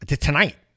tonight